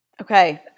Okay